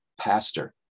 pastor